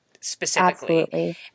specifically